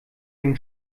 den